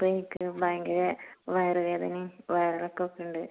ഇപ്പോൾ എനിക്ക് ഭയങ്കര വയറ് വേദനേം വയറെളക്കൊക്കെണ്ട്